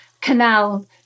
canal